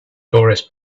tourists